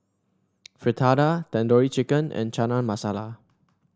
Fritada Tandoori Chicken and Chana Masala